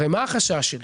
הרי מה החשש שלי?